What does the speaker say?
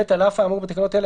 (ב) על אף האמור בתקנות אלה,